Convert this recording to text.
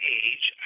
age